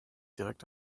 direkt